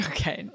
Okay